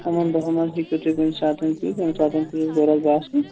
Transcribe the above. یِمَن دۅہن منٛز ہیٚکِو تُہۍ کُنہِ ساتہٕ تہِ ییٚمہِ ساتہٕ تہِ ضروٗرت باسوٕ